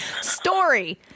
Story